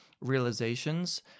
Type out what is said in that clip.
realizations